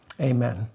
Amen